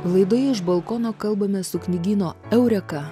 laidoje iš balkono kalbamės su knygyno eureka